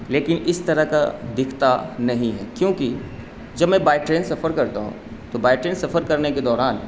لیکن اس طرح کا دکھتا نہیں ہے کیونکہ جب میں بائی ٹرین سفر کرتا ہوں تو بائی ٹرین سفر کرنے کے دوران